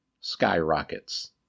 skyrockets